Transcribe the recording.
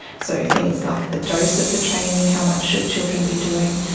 so things like the dose of the training, how much should children be doing.